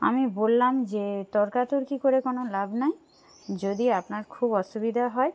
আমি বললাম যে তর্কাতর্কি করে কোনো লাভ নাই যদি আপনার খুব অসুবিধা হয়